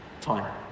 time